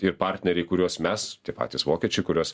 ir partneriai kuriuos mes tie patys vokiečiai kuriuos